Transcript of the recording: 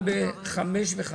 בסעיף 5(2)